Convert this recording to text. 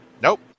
Nope